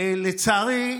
לצערי,